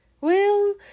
Well